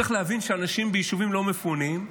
צריך להבין שאנשים ביישובים לא מפונים,